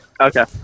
Okay